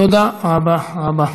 תודה רבה רבה.